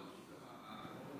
אני לא מכיר את המאמר,